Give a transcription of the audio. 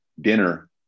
dinner